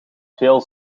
veel